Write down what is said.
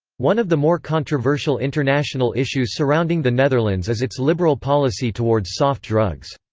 one of the more controversial international issues surrounding the netherlands is its liberal policy towards soft drugs.